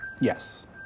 Yes